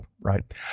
right